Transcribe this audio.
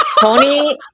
Tony